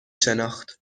شناخت